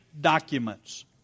documents